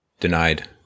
Denied